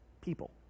people